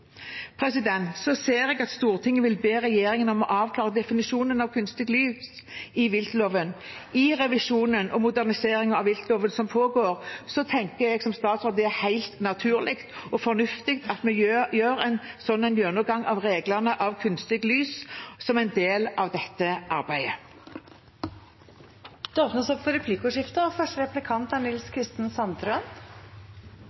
Så ser jeg at Stortinget vil be regjeringen om å avklare definisjonen av «kunstig lys» i viltloven. I revisjonen og moderniseringen av viltloven som pågår, tenker jeg som statsråd at det er helt naturlig og fornuftig at vi gjør en slik gjennomgang av reglene om kunstig lys som en del av dette arbeidet. Det blir replikkordskifte. Som saksordføreren redegjorde godt for, er